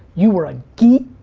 you were a geek,